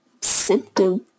symptom